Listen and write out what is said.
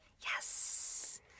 Yes